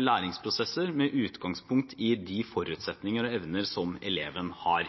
læringsprosesser, med utgangspunkt i de forutsetninger og evner som eleven har.